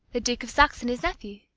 the duke of saxony's nephew?